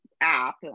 app